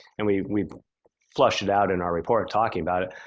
and we we flush it out in our report talking about it.